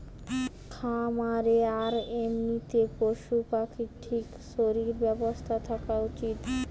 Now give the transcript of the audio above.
খামারে আর এমনিতে পশু পাখির ঠিক শরীর স্বাস্থ্য থাকা উচিত